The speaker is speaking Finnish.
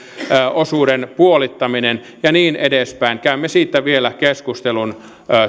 osuuden puolittaminen ja niin edespäin käymme siitä vielä keskustelun